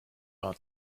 are